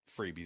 freebies